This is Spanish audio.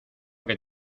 que